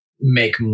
make